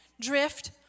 drift